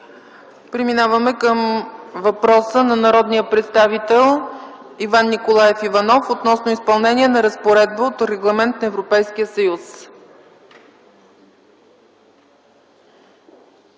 Преминаваме към въпроса на народния представител Иван Николаев Иванов относно изпълнение на разпоредба от регламент на Европейския съюз.